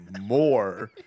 more